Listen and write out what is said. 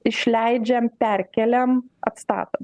išleidžiam perkeliam atstatom